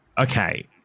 Okay